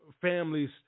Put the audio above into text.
families